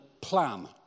plan